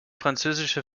französische